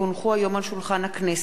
כי הונחו היום על שולחן הכנסת,